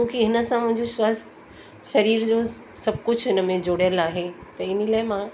छोकी हिन सां मुंहिंजो स्वस्थ शरीर जो सभु कुझु हिन में जुड़ियल आहे त इनी लाइ मां